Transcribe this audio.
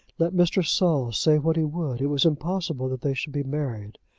let mr. saul say what he would, it was impossible that they should be married.